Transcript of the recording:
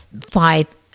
five